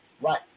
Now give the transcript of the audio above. Right